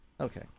Okay